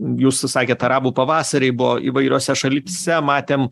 jūs sakėte arabų pavasarį buvo įvairiose šalyse matėm